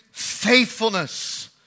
Faithfulness